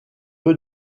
peu